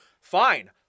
fine